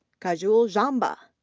kajol jamba,